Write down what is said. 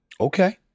Okay